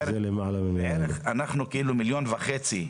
אנחנו כאילו מיליון וחצי.